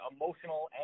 emotional